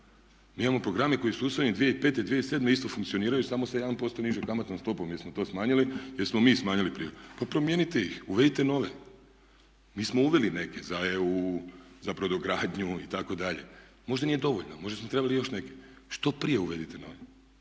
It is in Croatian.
Mi imamo programe koji su usvojeni 2005. i 2007., isto funkcioniraju samo sa 1% nižom kamatnom stopom jer smo to smanjili, jer smo mi smanjili prije. Pa promijenite ih, uvedite nove. Mi smo uveli neke za EU, za brodogradnju itd. Možda nije dovoljno, možda smo trebali i još neke. Što prije uvedite nove